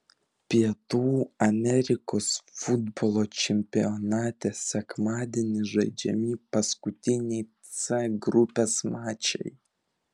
pietų amerikos futbolo čempionate sekmadienį žaidžiami paskutiniai c grupės mačai